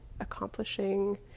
accomplishing